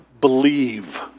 Believe